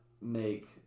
make